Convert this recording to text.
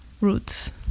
roots